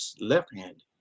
left-handed